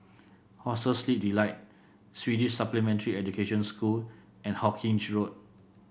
Hostel Sleep Delight Swedish Supplementary Education School and Hawkinge Road